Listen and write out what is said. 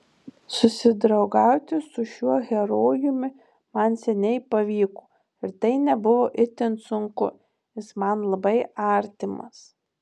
susidraugauti su šiuo herojumi man seniai pavyko ir tai nebuvo itin sunku jis man labai artimas